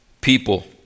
people